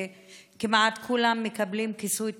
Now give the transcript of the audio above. וכמעט כולם מקבלים כיסוי תקשורתי.